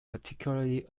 particularly